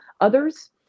Others